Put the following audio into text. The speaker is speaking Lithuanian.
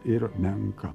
ir menka